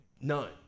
None